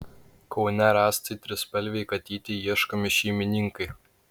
kaune rastai trispalvei katytei ieškomi šeimininkai